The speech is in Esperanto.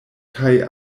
kaj